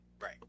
Right